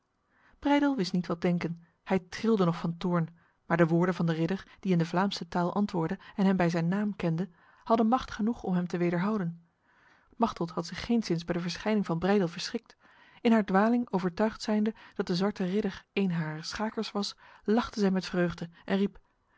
wist niet wat denken hij trilde nog van toorn maar de woorden van de ridder die in de vlaamse taal antwoordde en hem bij zijn naam kende hadden macht genoeg om hem te wederhouden machteld had zich geenszins bij de verschijning van breydel verschrikt in haar dwaling overtuigd zijnde dat de zwarte ridder een harer schakers was lachte zij met vreugde en riep